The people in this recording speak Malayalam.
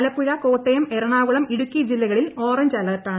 ആലപ്പുഴ കോട്ടയം എറ്റ്ണ്ടുകുളം ഇടുക്കി ജില്ലകളിൽ ഓറഞ്ച് അലർട്ടാണ്